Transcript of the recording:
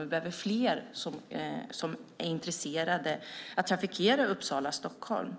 Vi behöver fler som är intresserade av att trafikera sträckan Uppsala Stockholm,